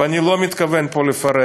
ואני לא מתכוון פה לפרט,